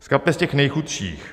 Z kapes těch nejchudších.